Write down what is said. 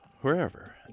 wherever